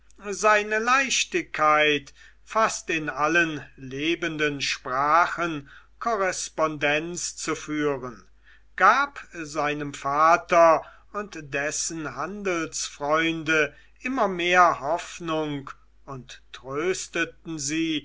seine leichtigkeit fast in allen lebenden sprachen korrespondenz zu führen gaben seinem vater und dessen handelsfreunde immer mehr hoffnung und trösteten sie